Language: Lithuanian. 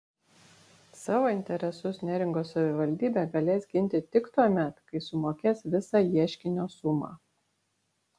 savo interesus neringos savivaldybė galės ginti tik tuomet kai sumokės visą ieškinio sumą